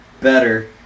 Better